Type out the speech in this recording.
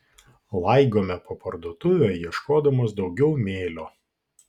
laigome po parduotuvę ieškodamos daugiau mėlio